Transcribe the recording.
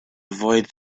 avoid